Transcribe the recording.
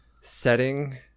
setting